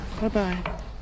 Bye-bye